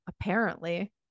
apparently-